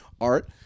art